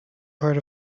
part